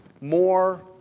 more